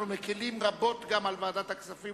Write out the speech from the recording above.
אנחנו מקלים רבות על ועדת הכספים,